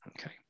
Okay